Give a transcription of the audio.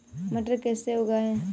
मटर कैसे उगाएं?